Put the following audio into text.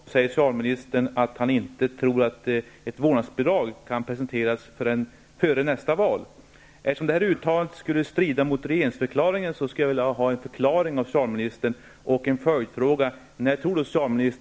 Herr talman! Jag vänder mig till socialministern. Enligt en uppgift i Dagens Nyheter säger socialministern att han inte tror att ett förslag till vårdnadsbidrag kan presenteras förrän till nästa val. Eftersom detta uttalande skulle strida mot regeringsdeklarationen, skulle jag vilja ha en förklaring av socialministern. En följdfråga blir: